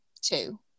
Two